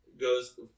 goes